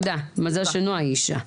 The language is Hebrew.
מזל שנועה היא אישה.